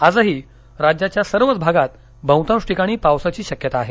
आजही राज्याच्या सर्वच भागांत बहुतांश ठिकाणी पावसाची शक्यता आहे